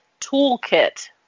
toolkit